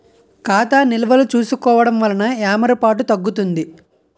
ఖాతా నిల్వలు చూసుకోవడం వలన ఏమరపాటు తగ్గుతుంది